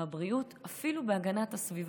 בבריאות ואפילו בהגנת הסביבה,